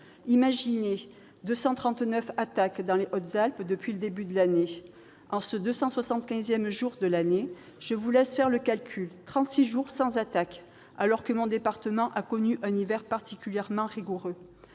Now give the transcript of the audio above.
Imaginez : 239 attaques dans les Hautes-Alpes depuis le début de l'année ! En ce 275 jour de l'année, je vous laisse faire le calcul : 36 jours sans attaque, alors que mon département a connu un hiver particulièrement rigoureux.